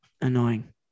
annoying